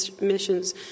missions